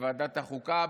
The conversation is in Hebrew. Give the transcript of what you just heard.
בוועדת החוקה,